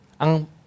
ang